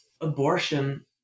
abortion